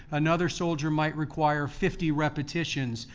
another soldier might require fifty repetitions.